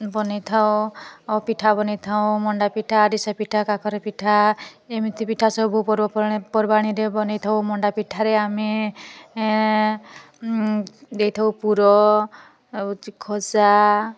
ବନେଇଥାଉ ଆଉ ପିଠା ବନେଇଥାଉ ମଣ୍ଡା ପିଠା ଆରିସା ପିଠା କାକରା ପିଠା ଏମିତି ପିଠା ସବୁ ପର୍ବପର୍ବାଣୀରେ ପର୍ବାଣୀରେ ମଣ୍ଡା ପିଠାରେ ଆମେ ଦେଇଥାଉ ପୁର ଆଉ ଖସା